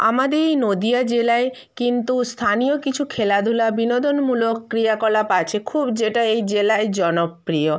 আমাদের এই নদীয়া জেলায় কিন্তু স্থানীয় কিছু খেলাধূলা বিনোদনমূলক ক্রিয়াকলাপ আছে খুব যেটা এই জেলায় জনপ্রিয়